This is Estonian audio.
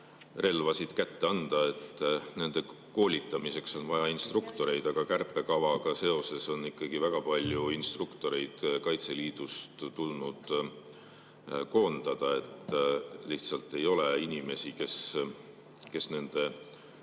relvasid kätte anda. Nende koolitamiseks on vaja instruktoreid, aga kärpekavaga seoses on väga palju instruktoreid Kaitseliidust tulnud koondada. Lihtsalt ei ole inimesi, kes nende